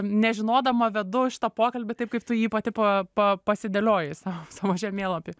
nežinodama vedu šitą pokalbį taip kaip tu jį pati pa pa pasidėliojai sau savo žemėlapy